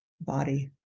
body